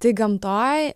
tai gamtoj